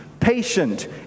Patient